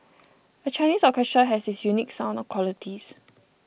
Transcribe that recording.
a Chinese orchestra has its unique sound qualities